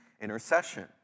intercession